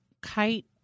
kite